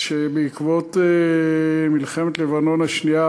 שבעקבות מלחמת לבנון השנייה